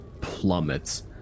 plummets